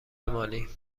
مالی